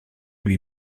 luy